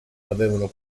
avevano